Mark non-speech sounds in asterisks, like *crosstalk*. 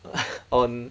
*noise* on